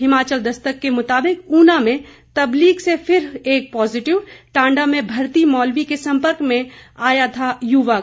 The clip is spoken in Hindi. हिमाचल दस्तक के मुताबिक ऊना में तबलीग से फिर एक पॉजिटिव टांडा में भर्ती मौलवी के संपर्क में आया था युवक